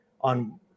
on